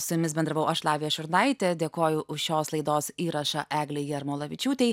su jumis bendravau aš lavija šurnaitė dėkoju už šios laidos įrašą eglei jarmolavičiūtei